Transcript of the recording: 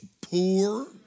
poor